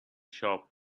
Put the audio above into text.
shop